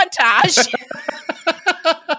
montage